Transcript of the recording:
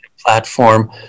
platform